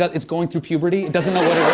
it's going through puberty, it doesn't know what it